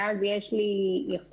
שאז יש לי יכולת